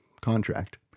contract